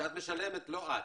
שאת משלמת לחייל,